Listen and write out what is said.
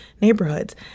neighborhoods